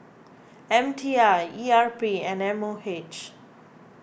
M T I E R P and M O H